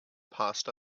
passed